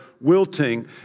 wilting